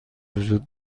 وجود